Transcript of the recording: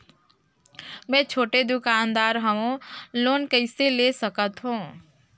मे छोटे दुकानदार हवं लोन कइसे ले सकथव?